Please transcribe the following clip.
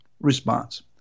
response